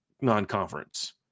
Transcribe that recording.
non-conference